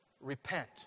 repent